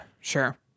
Sure